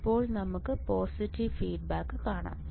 ഇപ്പോൾ നമുക്ക് positive feedback കാണാം